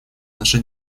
наша